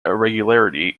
irregularity